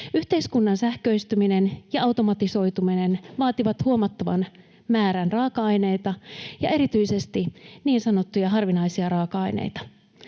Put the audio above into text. Yhteiskunnan sähköistyminen ja automatisoituminen vaativat huomattavan määrän raaka-aineita ja erityisesti niin sanottuja harvinaisia raaka-aineita.